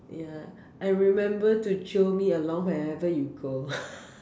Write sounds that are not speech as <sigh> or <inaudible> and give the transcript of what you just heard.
ya and remember to jio me along whenever you go <laughs>